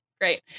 great